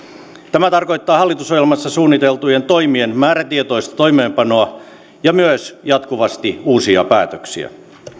tämä tarkoittaa hallitusohjelmassa suunniteltujen toimien määrätietoista toimeenpanoa ja myös jatkuvasti uusia päätöksiä